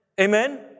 Amen